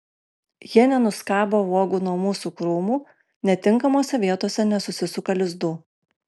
jie nenuskabo uogų nuo mūsų krūmų netinkamose vietose nesusisuka lizdų